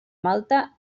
malta